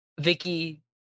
Vicky